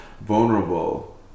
vulnerable